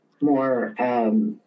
more